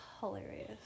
hilarious